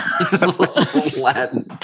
Latin